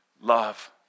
love